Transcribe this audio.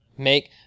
Make